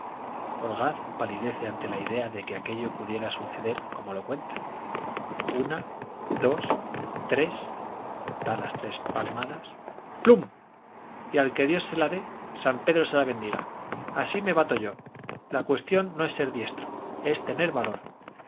orgaz palidece ante la idea de que aquello pudiera suceder como lo cuenta una dos tres da las tres palmadas plun y al que dios se la dé san pedro se la bendiga así me bato yo la cuestión no es ser diestro es tener valor